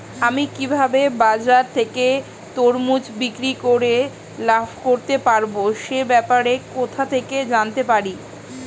আমি কিভাবে বাজার থেকে তরমুজ বিক্রি করে লাভ করতে পারব সে ব্যাপারে কোথা থেকে জানতে পারি?